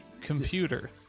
Computer